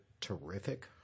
terrific